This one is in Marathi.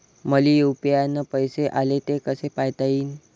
मले यू.पी.आय न पैसे आले, ते कसे पायता येईन?